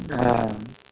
हँ